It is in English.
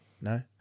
No